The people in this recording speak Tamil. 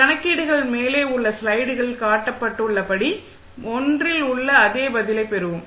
கணக்கீடுகள் மேலே உள்ள ஸ்லைடுகளில் காட்டப்பட்டுள்ளபடி முறை 1 இல் உள்ள அதே பதிலை பெறுகிறோம்